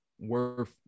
worth